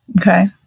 Okay